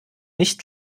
nicht